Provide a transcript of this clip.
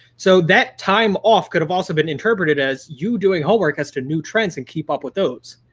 so that time off could have also been interpreted as you doing homework as to new trends and keep up with those.